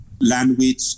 language